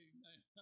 Amen